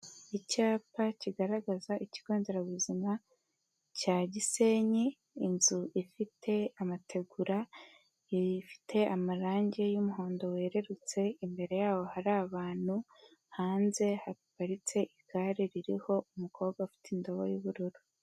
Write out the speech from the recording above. Icyapa kigaragaza ikigo nderabuzima cya Gisenyi, inzu ifite amategura, ifite amarange y'umuhondo werurutse imbere yaho hari abantu, hanze haparitse igare ririho umukobwa ufite indobo y'ubururu.